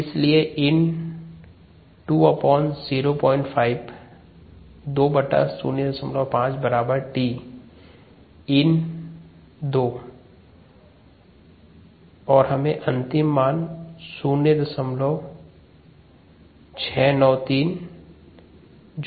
इसलिए ln 205 बराबर t ln 2 0693 है